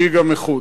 שהיא גם איכות.